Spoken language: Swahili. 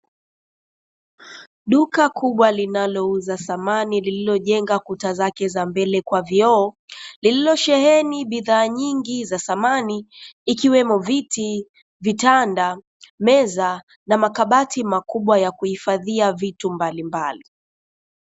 Duka kubwa linalouza samani liliojenga kuta zake za mbele kwa vioo, liliosheheni bidhaa nyingi za samani ikiwemo; viti ,vitanda, meza na makabati makubwa yakuhifadhia vitu mbalimbali.